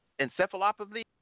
encephalopathy